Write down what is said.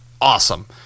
awesome